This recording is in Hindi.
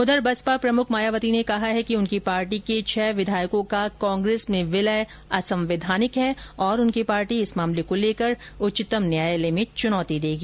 उधर बसपा प्रमुख मायावती ने कहा कि उनकी पार्टी के छह विधायकों का कांग्रेस में विलय असंवैधानिक है और उनकी पार्टी इस मामले को लेकर उच्चतम न्यायालय में चुनौती देगी